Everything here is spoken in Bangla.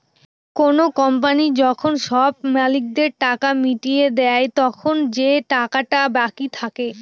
কোনো কোম্পানি যখন সব মালিকদের টাকা মিটিয়ে দেয়, তখন যে টাকাটা বাকি থাকে